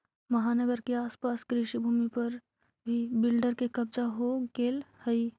महानगर के आस पास कृषिभूमि पर भी बिल्डर के कब्जा हो गेलऽ हई